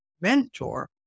mentor